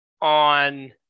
on